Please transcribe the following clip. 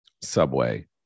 subway